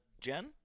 Jen